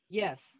yes